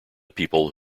people